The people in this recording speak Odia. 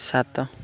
ସାତ